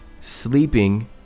sleeping